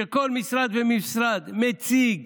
שכל משרד ומשרד מציג